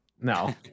no